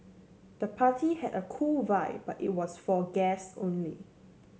the party had a cool vibe but it was for guest only